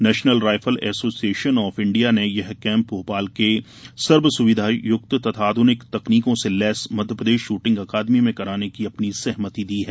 national Rifle Association of India ने यह camp Bhopal के सर्व सुविधायुक्त तथा आधुनिक तकनीकों से लैस मध्यप्रदेश शूटिंग अकादमी में कराने की अपनी सहमति दी है